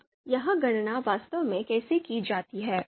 अब यह गणना वास्तव में कैसे की जाती है